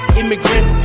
immigrant